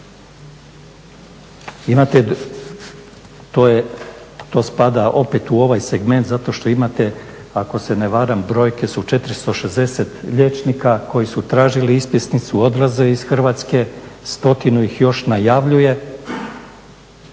to spada opet u ovaj segment zato što imate ako se ne varam, brojke su 460 liječnika koji su tražili ispisnicu odraza iz Hrvatske, stotinu ih još najavljuje.